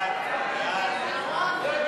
59 בעד, 61